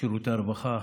שירותי הרווחה,